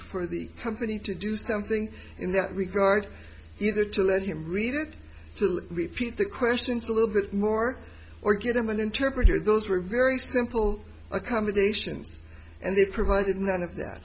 for the company to do something in that regard either to let him read it to repeat the questions a little bit more or give them an interpreter those were very simple accommodations and they provided none of that